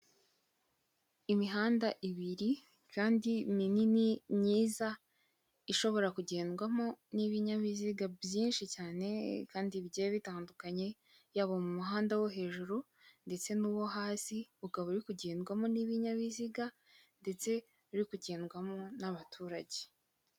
Imihanda ibiri kandi minini myiza, ishobora kugendwamo n'ibinyabiziga byinshi cyane kandi bi bye bitandukanye yaba mu muhanda wo hejuru ndetse n'uwo hasi ukaba, uri kugendwamo n'ibinyabiziga ndetse biri kugendwamo n'abaturage.